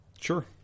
Sure